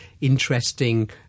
interesting